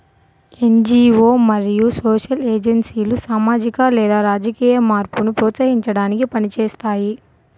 NGO మరియు social ఏజెన్సీలు సామాజిక లేదా రాజకీయ మార్పును ప్రోత్సహించడానికి పని చేస్తాయి